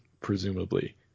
presumably